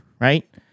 right